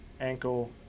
Ankle